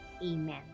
Amen